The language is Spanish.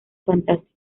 fantásticos